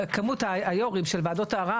כמות יושבי הראש של וועדות הערר,